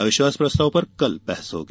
अविश्वाास प्रस्ताव पर कल बहस होगी